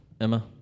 Emma